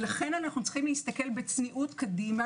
לכן אנו צריכים להסתכל בצניעות קדימה